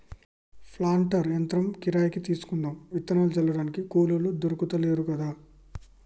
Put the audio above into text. planter యంత్రం కిరాయికి తీసుకుందాం విత్తనాలు జల్లడానికి కూలోళ్లు దొర్కుతలేరు కదా